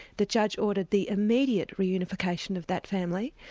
the judge ordered the immediate reunification of that family,